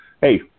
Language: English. hey